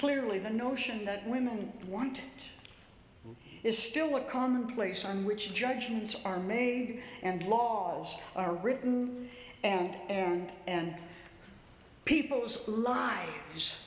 clearly the notion that women want is still a commonplace on which judgments are made and laws are written and and and people's lives